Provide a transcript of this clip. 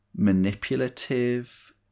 manipulative